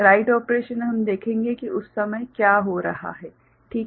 right operation हम देखेंगे कि उस समय क्या हो रहा है ठीक है